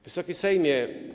Wysoki Sejmie!